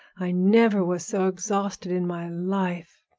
i never was so exhausted in my life.